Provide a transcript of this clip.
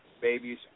babies